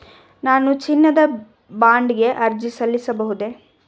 ನಾನು ಚಿನ್ನದ ಬಾಂಡ್ ಗೆ ಅರ್ಜಿ ಸಲ್ಲಿಸಬಹುದೇ?